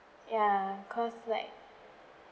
ya cause like